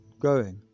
growing